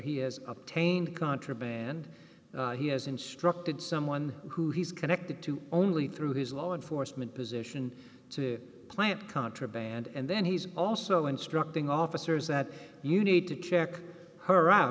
he has obtained contraband he has instructed someone who he's connected to only through his law enforcement position to plant contraband and then he's also instructing officers that you need to check her out